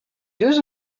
deux